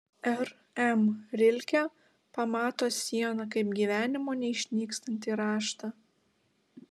r m rilke pamato sieną kaip gyvenimo neišnykstantį raštą